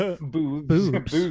Boobs